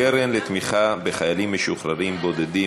קרן לתמיכה בחיילים משוחררים בודדים),